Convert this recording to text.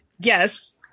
yes